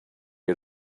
had